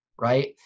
right